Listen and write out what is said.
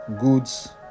goods